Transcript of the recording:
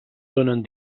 donen